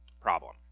problem